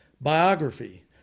Biography